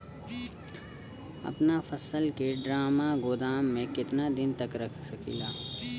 अपना फसल की ड्रामा गोदाम में कितना दिन तक रख सकीला?